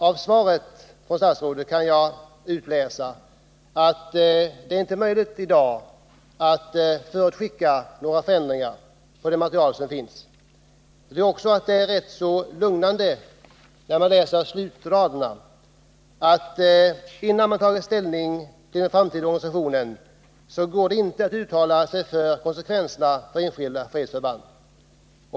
Av svaret från statsrådet kan jag utläsa att det i dag inte är möjligt att förutskicka några förändringar på grundval av det material som finns. Det är också rätt lugnande att läsa slutraderna i svaret, där det står att innan man tagit ställning till den framtida organisationen, går det inte att uttala sig om konsekvenserna för enskilda fredsförband.